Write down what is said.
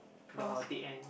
your date end